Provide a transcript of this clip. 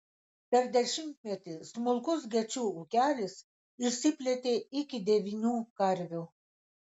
per dešimtmetį smulkus gečų ūkelis išsiplėtė iki devynių karvių